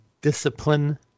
Discipline